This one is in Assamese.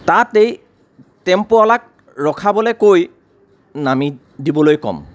তাতেই টেম্পুৱলাক ৰখাবলৈ কৈ নামি দিবলৈ ক'ম